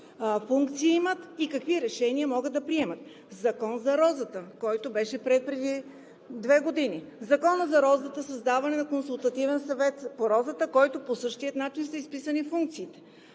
функции имат и какви решения могат да приемат; Законът за розата, който беше приет преди две години – създаване на Консултативен съвет по розата, в който по същия начин са изписани функциите;